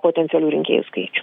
potencialių rinkėjų skaičių